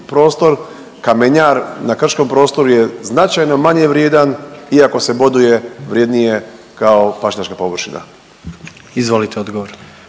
prostor, kamenjar na krškom prostoru je značajno manje vrijedan iako se boduje vrijednije kao pašnjačka površina. **Jandroković,